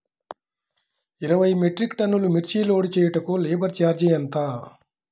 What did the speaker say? ఇరవై మెట్రిక్ టన్నులు మిర్చి లోడ్ చేయుటకు లేబర్ ఛార్జ్ ఎంత?